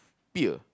pier